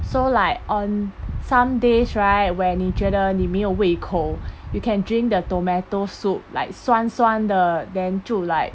so like on some days right when 你觉得你没有胃口 you can drink the tomato soup like 酸酸的 then 就 like